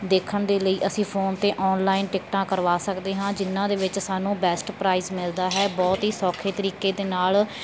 ਦੇਖਣ ਦੇ ਲਈ ਅਸੀਂ ਫੋਨ 'ਤੇ ਔਨਲਾਈਨ ਟਿਕਟਾਂ ਕਰਵਾ ਸਕਦੇ ਹਾਂ ਜਿਨ੍ਹਾਂ ਦੇ ਵਿੱਚ ਸਾਨੂੰ ਬੈਸਟ ਪ੍ਰਾਈਸ ਮਿਲਦਾ ਹੈ ਬਹੁਤ ਹੀ ਸੌਖੇ ਤਰੀਕੇ ਦੇ ਨਾਲ